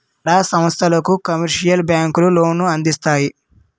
బడా సంస్థలకు కమర్షియల్ బ్యాంకులు లోన్లు అందిస్తాయి